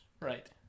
Right